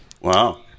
wow